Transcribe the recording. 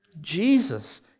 Jesus